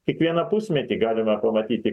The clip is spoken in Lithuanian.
kiekvieną pusmetį galima pamatyti